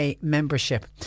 membership